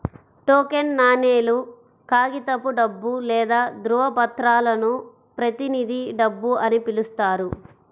token నాణేలు, కాగితపు డబ్బు లేదా ధ్రువపత్రాలను ప్రతినిధి డబ్బు అని పిలుస్తారు